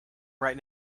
right